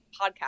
podcast